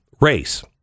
race